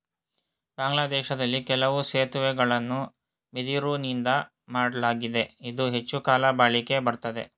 ಬಾಂಗ್ಲಾದೇಶ್ದಲ್ಲಿ ಕೆಲವು ಸೇತುವೆಗಳನ್ನ ಬಿದಿರುನಿಂದಾ ಮಾಡ್ಲಾಗಿದೆ ಇದು ಹೆಚ್ಚುಕಾಲ ಬಾಳಿಕೆ ಬರ್ತದೆ